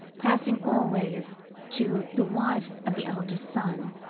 passing always to the wife of the eldest son.